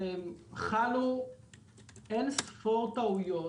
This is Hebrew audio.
מאז החקיקה חלו אין-ספור טעויות